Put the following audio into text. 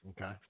okay